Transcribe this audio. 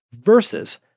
versus